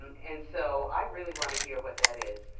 and so i really want to hear what that is.